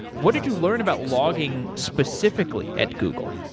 what did you learn about logging specifically at google?